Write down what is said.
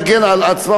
להגן על עצמם,